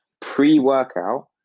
pre-workout